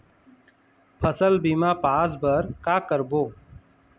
फसल बीमा पास बर का करबो?